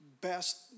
best